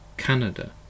Canada